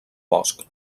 bosc